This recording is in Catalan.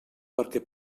perquè